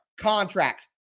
Contracts